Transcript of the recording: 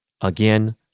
again